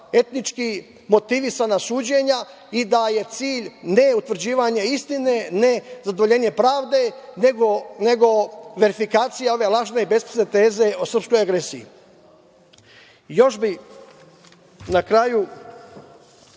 etnički motivisana suđenja i da je cilj ne utvrđivanje istine, ne zadovoljenje pravde, nego verifikacija ove lažne i besmislene teze o srpskoj agresiji. Još bih na kraju